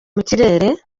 mukirere